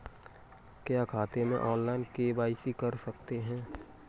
क्या खाते में ऑनलाइन के.वाई.सी कर सकते हैं?